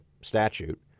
statute